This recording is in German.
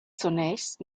zunächst